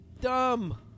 Dumb